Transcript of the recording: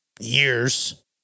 years